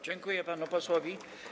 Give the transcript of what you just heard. Dziękuję panu posłowi.